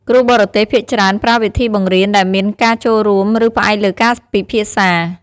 គ្រូបរទេសភាគច្រើនប្រើវិធីបង្រៀនដែលមានការចូលរួម ឬផ្អែកលើការពិភាក្សា។